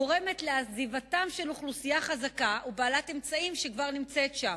גורמת לעזיבתה של אוכלוסייה חזקה ובעלת אמצעים שכבר נמצאת שם.